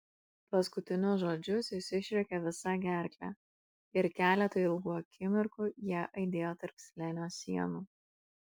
paskutinius žodžius jis išrėkė visa gerkle ir keletą ilgų akimirkų jie aidėjo tarp slėnio sienų